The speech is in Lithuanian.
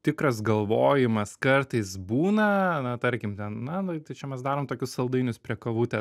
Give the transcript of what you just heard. tikras galvojimas kartais būna na tarkim ten na na tai čia mes darom tokius saldainius prie kavutė